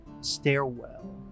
stairwell